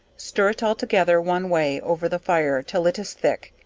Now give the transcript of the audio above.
stir it all together one way over the fire till it is thick,